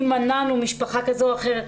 אם מנענו ממשפחה כזו או אחרת,